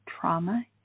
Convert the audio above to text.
trauma